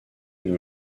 nos